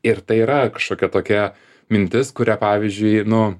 ir tai yra kažkokia tokia mintis kurią pavyzdžiui nu